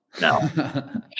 no